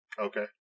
Okay